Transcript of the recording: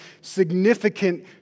significant